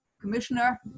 Commissioner